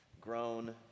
Grown